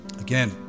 Again